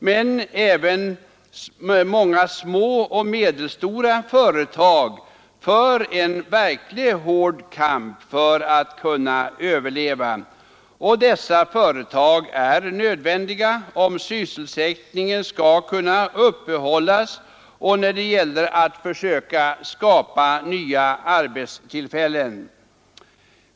Men många små och medelstora företag för en verkligt hård kamp för att kunna överleva. Och dessa företag är nödvändiga för att sysselsättningen skall kunna upprätthållas och när det gäller att försöka skapa nya arbetstillfällen.